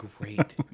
great